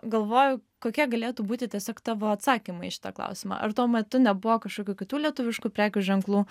galvoju kokie galėtų būti tiesiog tavo atsakymai į šitą klausimą ar tuo metu nebuvo kažkokių kitų lietuviškų prekių ženklų